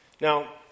Now